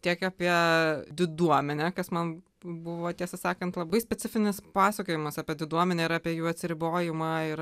tiek apie diduomenę kas man buvo tiesą sakant labai specifinis pasakojimas apie diduomenę ir apie jų atsiribojimą